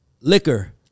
liquor